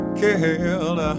killed